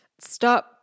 Stop